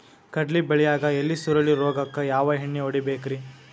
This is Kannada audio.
ಕಡ್ಲಿ ಬೆಳಿಯಾಗ ಎಲಿ ಸುರುಳಿ ರೋಗಕ್ಕ ಯಾವ ಎಣ್ಣಿ ಹೊಡಿಬೇಕ್ರೇ?